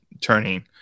turning